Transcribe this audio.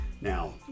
Now